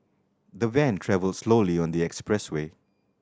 the van travelled slowly on the expressway